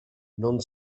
non